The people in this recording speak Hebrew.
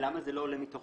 למה זה לא עולה מתוך